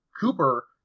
Cooper